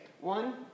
One